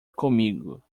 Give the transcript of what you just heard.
comigo